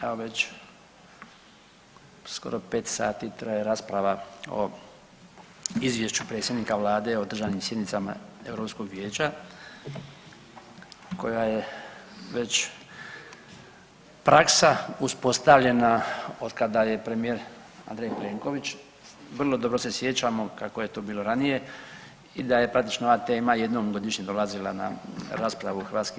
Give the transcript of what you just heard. Evo već skoro 5 sati traje rasprava o izvješću predsjednika vlade o održanim sjednicama Europskog vijeća koja je već praksa uspostavljena otkada je premijer Andrej Plenković, vrlo dobro se sjećamo kako je to bilo ranije i da je praktično ova tema jednom godišnje dolazila na raspravu u HS.